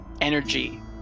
energy